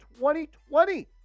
2020